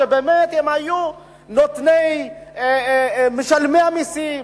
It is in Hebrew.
שבאמת הם היו משלמי המסים,